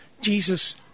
Jesus